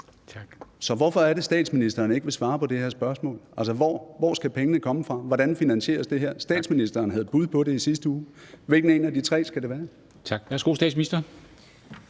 hvorfor er det, at statsministeren ikke vil svare på det her spørgsmål: Hvor skal pengene komme fra? Hvordan finansieres det her? Statsministeren havde bud på det i sidste uge – hvilket et af de tre skal det være?